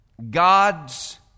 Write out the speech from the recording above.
God's